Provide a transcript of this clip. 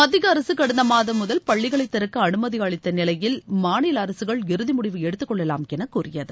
மத்திய அரக கடந்த மாதம் முதல் பள்ளிகளைத் திறக்க அனுமதி அளித்த நிலையில் மாநில அரசுகள் இறுதி முடிவு எடுத்துக்கொள்ளலாம் என கூறியது